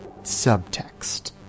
subtext